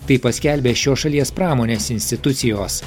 tai paskelbė šios šalies pramonės institucijos